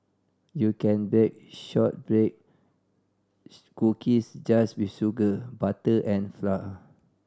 you can bake shortbread cookies just with sugar butter and flour